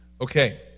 Okay